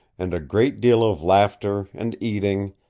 and a great deal of laughter and eating,